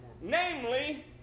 Namely